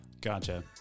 Gotcha